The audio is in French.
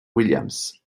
williams